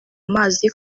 amazi